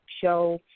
show